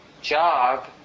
job